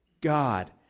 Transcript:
God